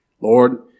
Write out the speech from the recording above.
Lord